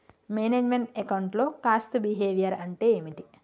Manage meant account లో cost behaviour అంటే ఏమిటి?